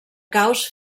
caus